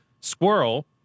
squirrel